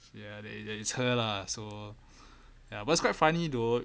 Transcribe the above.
ya that is that is her lah so ya but it's quite funny though